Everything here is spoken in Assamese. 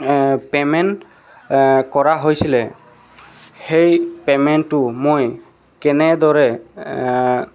পে'মেণ্ট কৰা হৈছিলে সেই পে'মেণ্টটো মই কেনেদৰে